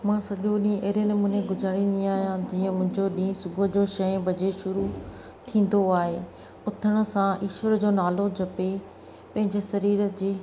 मां सॼो ॾींहुं अहिड़े नमूने गुज़ारींदी आहियां जीअं मुंहिंजो ॾींहुं सुबुह जो छह बजे शुरू थींदो आहे उथण सां ईश्वर जो नालो जपी पंहिंजे शरीर जी